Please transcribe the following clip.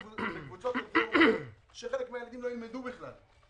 וזה אומר שחלק מן הילדים לא ילמדו בכלל.